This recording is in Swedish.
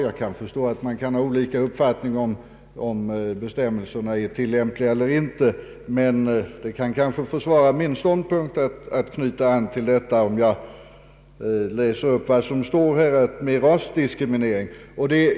Jag kan förstå att det kan råda olika uppfattningar om bestämmelserna är tillämpliga eller inte, men det kan kanske förklara min ståndpunkt, om jag läser upp vad som står i konventionen beträffande rasdiskriminering.